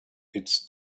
it’s